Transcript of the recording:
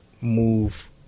move